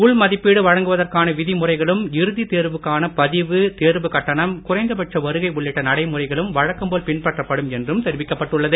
உள் மதிப்பீடு வழங்குவதற்கான விதிமுறைகளும் இறுதித் தேர்வுக்கான பதிவு தேர்வுக் கட்டணம் குறைந்தபட்ச வருகை உள்ளிட்ட நடைமுறைகளும் வழக்கம்போல் பின்பற்றப்படும் என்றும் தெரிவிக்கப் பட்டுள்ளது